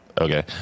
okay